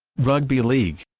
rugby league